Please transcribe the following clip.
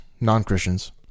non-christians